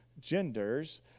genders